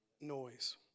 noise